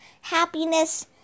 happiness